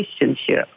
relationship